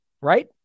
right